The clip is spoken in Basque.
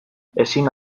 ezin